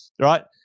right